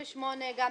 בעד,